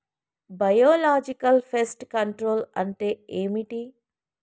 Biological pest control అంటే ఏమిటి?